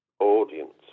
audience